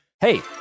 Hey